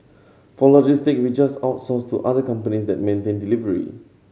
for logistic we just outsource to other companies that maintain delivery